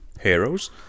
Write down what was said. heroes